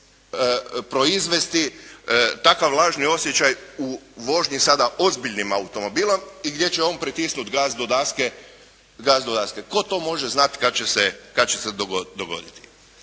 proizvesti takav lažni osjećaj u vožnji sada ozbiljnim automobilom i gdje će on pritisnuti gas do daske. Tko to može znati kad će se dogoditi?